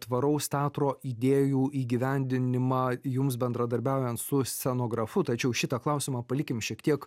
tvaraus teatro idėjų įgyvendinimą jums bendradarbiaujant su scenografu tačiau šitą klausimą palikim šiek tiek